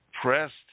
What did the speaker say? pressed